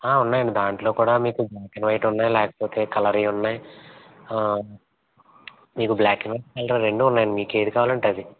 ఉన్నాయండి దాంట్లో కూడా మీకు బ్లాక్ అండ్ వైట్ ఉన్నాయి లేకపోతే కలర్వి కూడా ఉన్నాయి మీకు black and white and colour రెండు ఉన్నాయి మీకు ఏది కావాలంటే అది